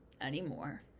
anymore